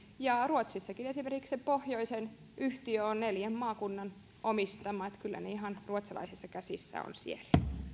esimerkiksi ruotsissakin pohjoisen yhtiö on neljän maakunnan omistama että kyllä ne ihan ruotsalaisissa käsissä ovat siellä